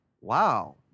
wow